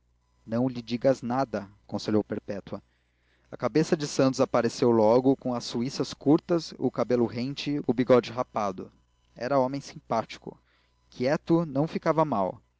não lhe digas nada aconselhou perpétua a cabeça de santos apareceu logo com as suíças curtas o cabelo rente o bigode rapado era homem simpático quieto não ficava mal